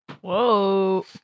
Whoa